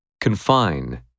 Confine